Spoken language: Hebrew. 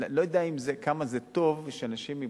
אני לא יודע כמה זה טוב שאנשים מבחוץ,